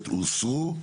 הוסרו.